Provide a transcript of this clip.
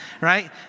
right